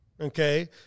okay